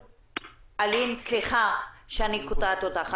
אלין, סליחה שאני קוטעת אותך.